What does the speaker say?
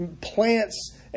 plants